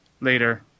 Later